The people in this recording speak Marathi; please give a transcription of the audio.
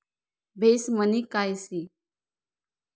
बेस मनी काय शे?